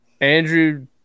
Andrew